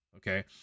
Okay